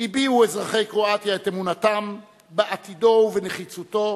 הביעו אזרחי קרואטיה את אמונתם בעתידו ובנחיצותו